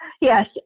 yes